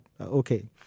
okay